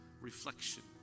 reflection